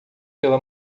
pela